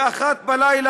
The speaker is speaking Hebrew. ב-01:00,